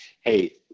Hey